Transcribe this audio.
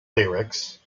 lyrics